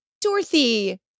Dorothy